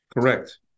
Correct